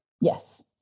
Yes